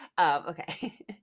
Okay